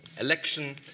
election